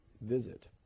visit